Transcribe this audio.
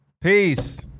Peace